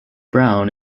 brown